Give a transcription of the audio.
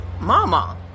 Mama